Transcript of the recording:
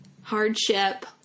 hardship